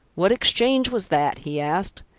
what exchange was that? he asked,